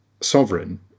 sovereign